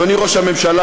אדוני ראש הממשלה,